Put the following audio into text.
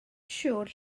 siŵr